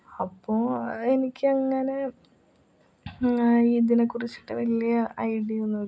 അപ്പോൾ എനിക്കങ്ങനെ ഇതിനേക്കുറിച്ചിട്ട് വലിയ ഐഡിയ ഒന്നുമില്ല